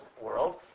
world